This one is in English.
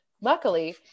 luckily